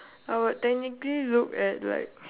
I would technically look at like